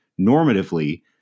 normatively